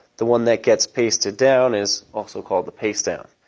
the one that gets pasted down is also called the pastedown.